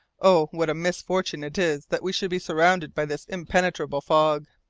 oh! what a misfortune it is that we should be surrounded by this impenetrable fog!